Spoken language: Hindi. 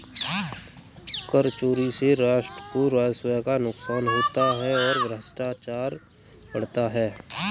कर चोरी से राष्ट्र को राजस्व का नुकसान होता है और भ्रष्टाचार बढ़ता है